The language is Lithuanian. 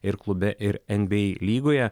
ir klube ir nba lygoje